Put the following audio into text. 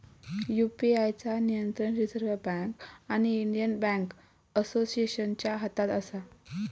UPI चा नियंत्रण reserve bank आणि इंडियन बॅन्क असोसिएशनच्या हातात असा